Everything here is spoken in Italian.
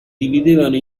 dividevano